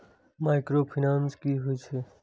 Micro finance कि होई छै?